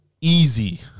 easy